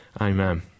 Amen